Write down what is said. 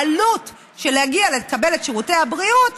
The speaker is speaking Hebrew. העלות של להגיע לקבל את שירותי הבריאות